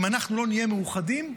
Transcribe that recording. אם לא נהיה מאוחדים,